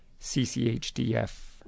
CCHDF